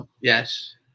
Yes